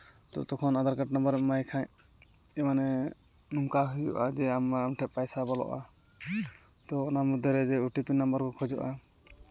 ᱛᱚᱠᱷᱚᱱ Aadhaar card number ᱮᱢ ᱮᱢᱟᱭ ᱠᱷᱟᱡ ᱢᱟᱱᱮ ᱱᱚᱝᱠᱟ ᱦᱩᱭᱩᱜᱼᱟ ᱡᱮ ᱟᱢ ᱟᱢ ᱴᱷᱮᱡ ᱯᱚᱭᱥᱟ ᱵᱚᱞᱚᱜᱼᱟ ᱛᱳ ᱚᱱᱟ ᱢᱚᱫᱽᱫᱷᱮ ᱨᱮ ᱡᱮ ᱳᱴᱤ ᱯᱤ ᱱᱟᱢᱵᱟᱨ ᱠᱚ ᱠᱷᱚᱡᱚᱜᱼᱟ